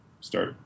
start